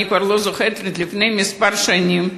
אני כבר לא זוכרת לפני כמה שנים,